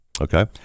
okay